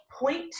point